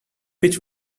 pitch